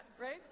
right